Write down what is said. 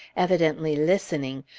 evidently listening,